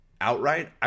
outright